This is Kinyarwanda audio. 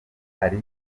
ari